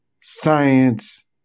science